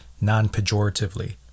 non-pejoratively